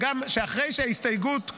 שאחרי שההסתייגות,